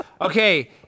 Okay